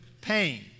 pain